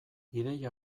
ideia